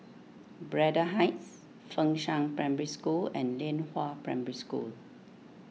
Braddell Heights Fengshan Primary School and Lianhua Primary School